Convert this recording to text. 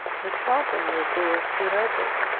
the coffin-lid door stood open,